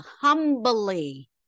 humbly